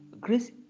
grace